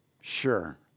sure